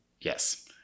Yes